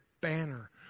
banner